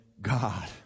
God